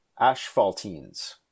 asphaltines